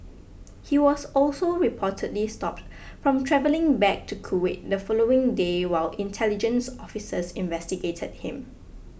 he was also reportedly stopped from travelling back to Kuwait the following day while intelligence officers investigated him